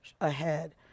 ahead